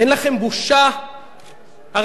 למה צריך לשמוע אותו בכלל, אין לכם בושה?